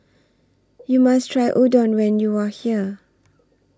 YOU must Try Udon when YOU Are here